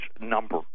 number